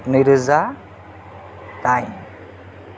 नैरोजा दाइन